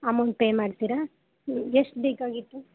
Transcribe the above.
amount pay ಮಾಡ್ತೀರಾ ಎಷ್ಟು ಬೇಕಾಗಿತ್ತು